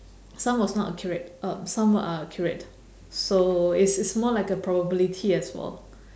some was not accurate um some are accurate so it's it's more like a probability as well